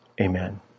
Amen